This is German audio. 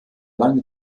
lange